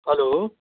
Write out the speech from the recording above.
hello